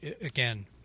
again